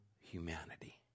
humanity